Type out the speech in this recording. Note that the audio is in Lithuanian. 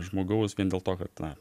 žmogaus vien dėl to kad na